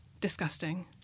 Disgusting